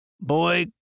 Boy